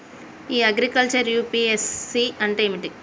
ఇ agriculture UPSC అంటే ఏమిటి?